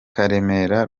karemera